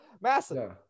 Massive